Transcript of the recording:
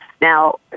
Now